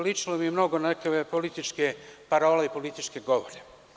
Ličilo mi je mnogo na neke političke paralele i političke govore.